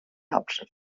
hauptstadt